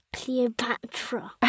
Cleopatra